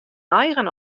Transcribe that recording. eigen